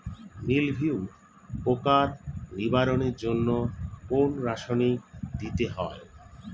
মিলভিউ পোকার নিবারণের জন্য কোন রাসায়নিক দিতে হয়?